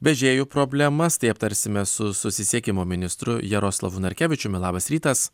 vežėjų problemas tai aptarsime su susisiekimo ministru jaroslavu narkevičiumi labas rytas